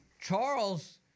Charles